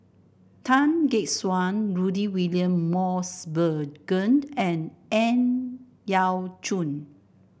Tan Gek Suan Rudy William Mosbergen and Ang Yau Choon